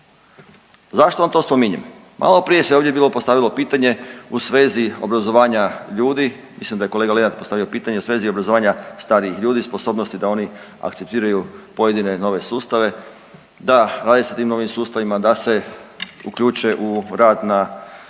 Zašto vam to spominjem? Maloprije se ovdje bilo postavilo pitanje u svezi obrazovanja ljudi, mislim da je kolega Lenart postavio pitanje u svezi obrazovanja starijih ljudi, sposobnosti da oni akceptiraju pojedine nove sustave, da radi se o tim novim sustavima da se uključe u rad na